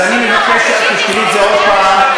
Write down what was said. אז אני מבקש שאת תשקלי את זה עוד פעם.